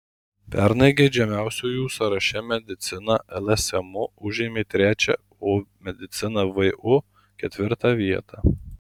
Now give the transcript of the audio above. pernai geidžiamiausiųjų sąraše medicina lsmu užėmė trečią o medicina vu ketvirtą vietą